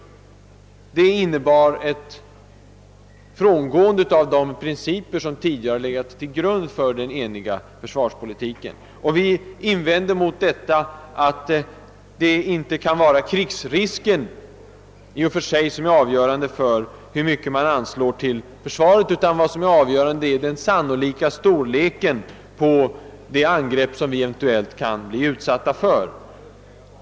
Det innebar ett frångående av de principer som tidigare legat till grund för den eniga försvarspolitiken. Vi invände mot detta, att krigsrisken i och för sig inte kan vara avgörande för hur mycket man anslår till försvaret; det avgörande är den sannolika storleken av det angrepp som vi eventuellt kan bli utsatta för.